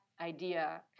idea